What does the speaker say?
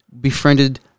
befriended